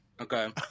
okay